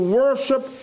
worship